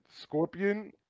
Scorpion